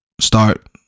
Start